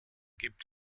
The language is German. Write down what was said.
gibt